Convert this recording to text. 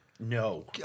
No